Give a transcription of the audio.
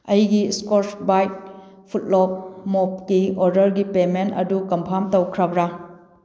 ꯑꯩꯒꯤ ꯏꯁꯀꯣꯔꯁ ꯕꯥꯏꯠ ꯐꯨꯠꯂꯣꯛ ꯃꯣꯞꯀꯤ ꯑꯣꯔꯗꯔꯒꯤ ꯄꯦꯃꯦꯟ ꯑꯗꯨ ꯀꯟꯐꯥꯝ ꯇꯧꯈ꯭ꯔꯕ꯭ꯔꯥ